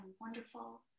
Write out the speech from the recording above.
wonderful